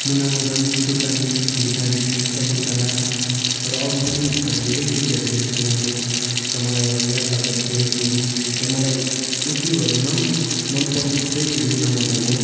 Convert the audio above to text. मुना मदन पुतली भिखारी शकुन्तला र अरू पनि अबो धेरै कृतिहरू लेखेको छन् उहाँले र मलाई याद भएकोहरू चाहिँ यति हो र मलाई यति भरिमा पनि मन पर्ने चाहिँ मुना मदन हो